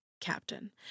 Captain